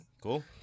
Cool